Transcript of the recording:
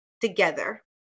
together